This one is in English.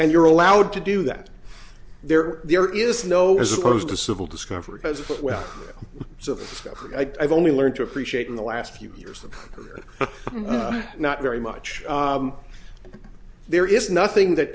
and you're allowed to do that there there is no as opposed to civil discovery has put well so i've only learned to appreciate in the last few years or not very much there is nothing that